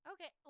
Okay